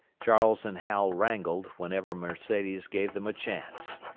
charles and hal wrangled whenever mercedes gave them a chance.